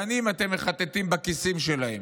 שנים אתם מחטטים בכיסים שלהם,